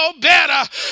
better